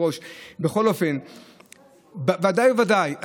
ודאי וודאי,